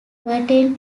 pertain